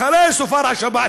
אחרי צופר השבת,